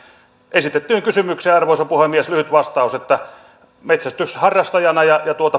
esitettyyn kysymykseen arvoisa puhemies lyhyt vastaus että metsästyksen harrastajana ja